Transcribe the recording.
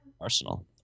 arsenal